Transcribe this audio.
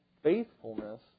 faithfulness